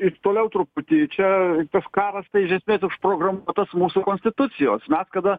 iš toliau truputį čia tas karas tai iš esmės užprogramuotas mūsų konstitucijos mes kada